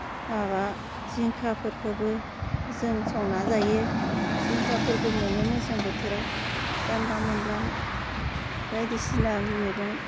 माबा जिंखाफोरखौबो जों संना जायो जिंखाफोरबो मोनो मेसें बोथोराव जानला मोनला बायदिसिना मैगं